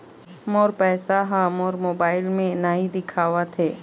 मोर पैसा ह मोर मोबाइल में नाई दिखावथे